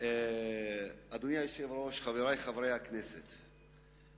אדוני היושב-ראש, חברי חברי הכנסת,